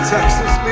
Texas